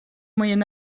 moyen